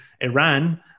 Iran